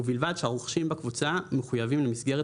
ובלבד שהרוכשים בקבוצה מחויבים למסגרת